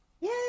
Yay